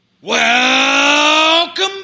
Welcome